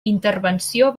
intervenció